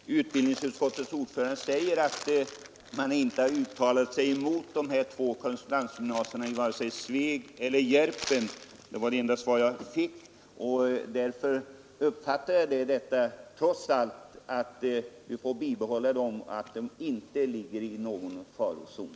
Herr talman! Utbildningsutskottets ordförande säger att man inte har uttalat sig emot korrespondensgymnasierna i vare sig Sveg eller Järpen. ” Det var det enda svar jag fick. Därför uppfattar jag trots allt detta så, att vi får behålla dessa korrespondensgymnasier och att de inte ligger i någon farozon.